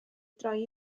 droi